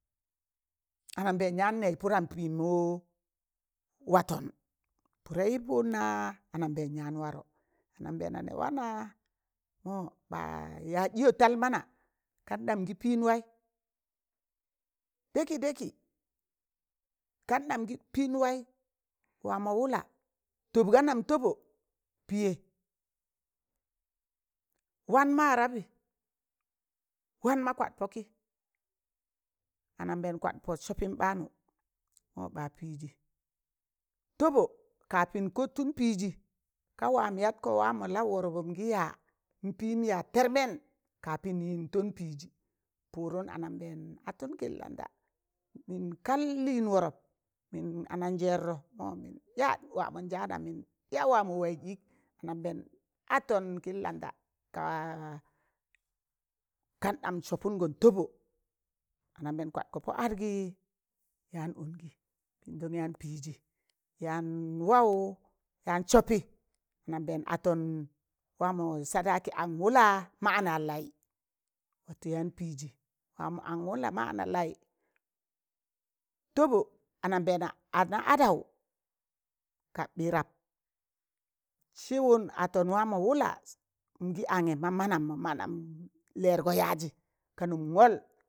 Anambẹẹn yaan nẹz pụdam pịmọ watọn, pụdẹị pụdna anambẹẹn yaan warọ, anambẹẹna nẹ wanaa mọ ɓa yaaz ɗịyọ tal mana kandam gị pịn waị daki daki, kandam gị pịn waị wamọ wụla tobga nọm tọbọ pịyẹ, wan ma rabị, wanma kwad pọkị anabẹẹn kwatgọ sọpịm ɓaanụ, mọ ba pịịzị tobo kapin kottun piji kaa wam yatkọ wam laụ wụrọpụn gị ya npịịm ya tẹrmẹn kapin yịn tọn pịịzị pụụdụm anambẹẹn atụn kịn landa, mịn kal lịịn wọrọp nụm anajẹẹrọ mọ mịn yaat nụm wamọnjaana, mịn ya wọmọ waị ịk, anambẹẹn atọn kịn landa kaa kandam sọpụngọm tọbọ anambẹẹn kwatgọ pọadgịị, yaan angị mịịndan yaan pịịzị, yaan waụ yaan sọpị anambẹẹn a tọn wọmọ sadaki an wụla ma ana laị watụ yaan pịịzị wamọ an wụla ma analaị, tọbọ anambẹẹna ana adaụ ka bị rap, sịwụn atọn wọmọ wụla ingi anyẹ ma manam mọ manam lẹrgọ yaazị ka nụm wọl